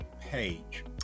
page